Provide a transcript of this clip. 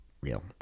Real